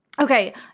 Okay